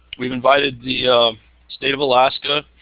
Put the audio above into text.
we've invited the state of alaska